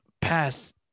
pass